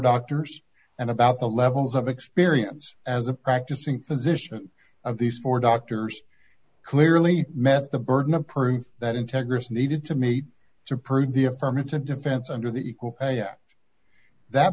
doctors and about the levels of experience as a practicing physician of these four doctors clearly met the burden of proof that integris needed to meet to prove the affirmative defense under the equal